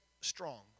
strong